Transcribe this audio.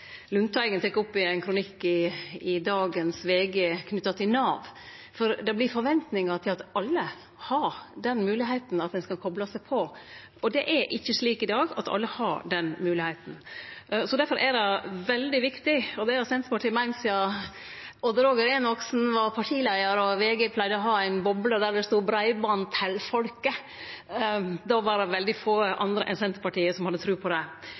Lundteigen tek opp i ein kronikk i dagens VG, knytt til Nav. Det vert forventingar til at alle har den moglegheita at ein kan kople seg på, men det er ikkje slik i dag at alle har den moglegheita. Difor er det veldig viktig, og det har Senterpartiet meint sidan Odd Roger Enoksen var partileiar og VG hadde ei boble der det stod «Bredbånd til folket». Då var det veldig få andre enn Senterpartiet som hadde tru på det.